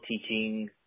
teaching